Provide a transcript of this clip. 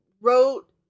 wrote